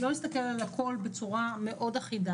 לא להסתכל על הכול בצורה אחידה.